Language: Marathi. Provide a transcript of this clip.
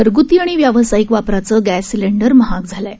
घरगृती आणि व्यावसायिक वापराचं गॅस सिलेंडर महाग झालं आहे